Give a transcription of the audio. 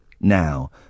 now